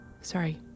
Sorry